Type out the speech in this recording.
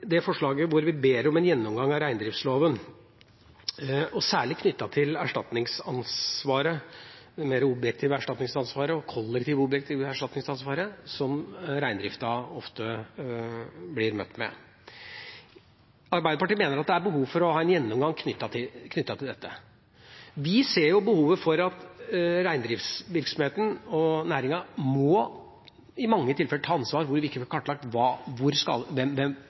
det mer objektive erstatningsansvaret og det kollektive objektive erstatningsansvaret som reindriften ofte blir møtt med. Arbeiderpartiet mener det er behov for en gjennomgang av dette. Vi ser behovet for at reindriftsvirksomheten og næringen i mange tilfeller må ta ansvar når vi ikke får kartlagt hvem som er skadevolder, og hvor